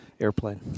airplane